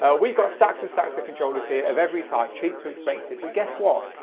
ah we've got stacks and stacks of controllers here of every type, cheap to expensive, but guess what?